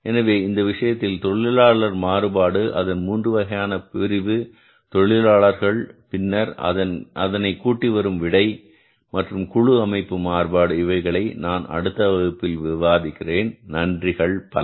எனவே இந்த விஷயத்தில் தொழிலாளர்களை மாறுபாடு அதன் 3 வகையான பிரிவு தொழிலாளர்கள் பின்னர் அதனை கூட்டி வரும் விடை மற்றும் குழு அமைப்பு மாறுபாடு இவைகளை நான் அடுத்த வகுப்பில் விவாதிக்கிறேன் நன்றிகள் பல